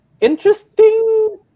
Interesting